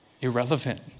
irrelevant